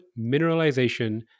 mineralization